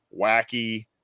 wacky